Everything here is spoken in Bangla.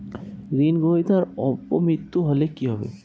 ঋণ গ্রহীতার অপ মৃত্যু হলে কি হবে?